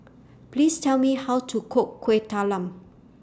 Please Tell Me How to Cook Kuih Talam